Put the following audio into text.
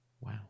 Wow